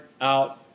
out